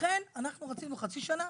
לכן אנחנו רצינו חצי שנה.